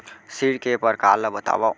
ऋण के परकार ल बतावव?